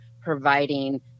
providing